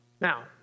Now